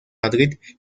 madrid